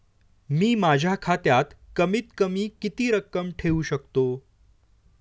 मी माझ्या खात्यात कमीत कमी किती रक्कम ठेऊ शकतो?